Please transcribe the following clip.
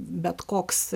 bet koks